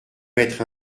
mettre